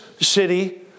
city